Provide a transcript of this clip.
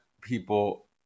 people